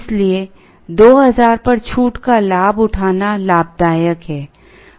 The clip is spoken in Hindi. इसलिए 2000 पर छूट का लाभ उठाना लाभदायक है